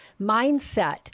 mindset